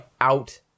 out